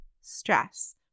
stress